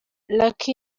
lucky